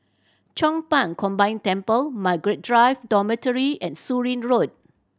Chong Pang Combined Temple Margaret Drive Dormitory and Surin Road